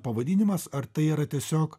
pavadinimas ar tai yra tiesiog